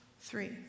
three